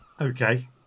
okay